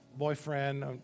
boyfriend